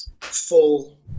full